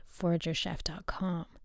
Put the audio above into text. foragerchef.com